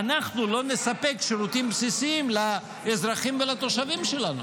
אנחנו לא נספק שירותים בסיסיים לאזרחים ולתושבים שלנו.